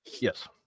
yes